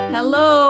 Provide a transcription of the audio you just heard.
Hello